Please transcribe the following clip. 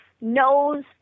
knows